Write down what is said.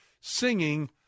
singing